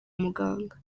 muganga